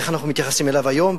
איך אנחנו מתייחסים אליו היום,